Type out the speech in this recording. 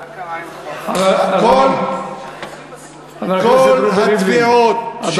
חבר הכנסת רובי ריבלין, הדובר מבקש שתקשיב לו.